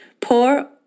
Pour